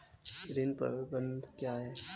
ऋण प्रबंधन क्या है?